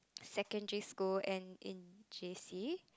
secondary school and in j_c